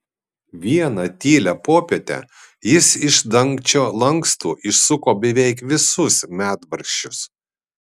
vieną tylią popietę jis iš dangčio lankstų išsuko beveik visus medvaržčius